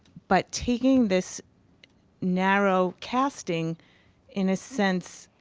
but taking this narrow casting in a sense